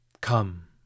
Come